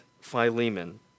Philemon